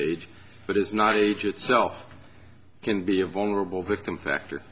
age but it's not age it self can be a vulnerable victim factor